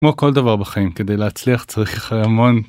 כמו כל דבר בחיים כדי להצליח צריך המון..